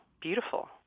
Beautiful